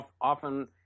Often